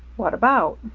what about?